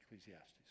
Ecclesiastes